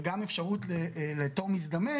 וגם אפשרות לתור מזדמן